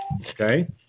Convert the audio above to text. okay